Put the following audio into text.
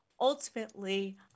ultimately